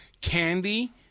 Candy